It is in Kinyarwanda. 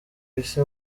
isi